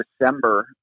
December